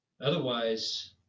Otherwise